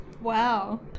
wow